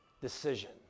decision